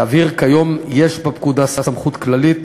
להבהיר, כיום יש בפקודה סמכות כללית,